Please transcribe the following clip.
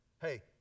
Hey